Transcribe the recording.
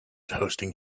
hosting